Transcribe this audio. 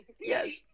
Yes